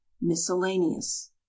Miscellaneous